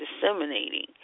disseminating